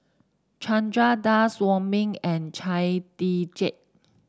Chandra Das Wong Ming and Chia Tee Chiak